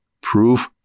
proof